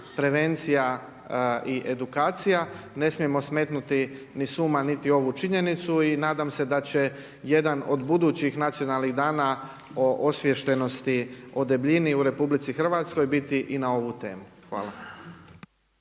prevencija i edukacija, ne smijemo smetnuti ni s uma niti ovu činjenicu i nadam se da će jedan od budućih nacionalnih Dana osviještenosti o debljini u RH biti i na ovu temu. Hvala.